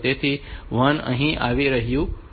તેથી આ 1 અહીં આવી રહ્યું છે